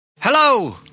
Hello